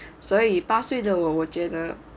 所以八岁的我觉得